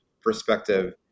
Perspective